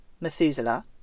Methuselah